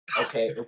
okay